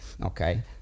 okay